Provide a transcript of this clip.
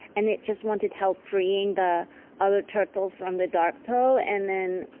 and it just wanted help freeing the other turtle from the darktow and then